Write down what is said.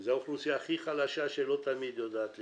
וזו האוכלוסייה הכי חלשה שלא תמיד יודעת להתלונן,